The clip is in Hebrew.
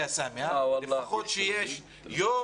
לפחות שיש יום